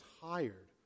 tired